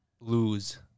lose